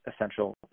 essential